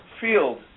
field